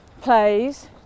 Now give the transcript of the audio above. plays